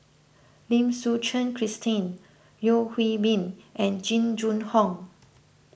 Lim Suchen Christine Yeo Hwee Bin and Jing Jun Hong